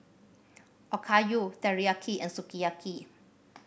Okayu Teriyaki and Sukiyaki